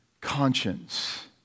conscience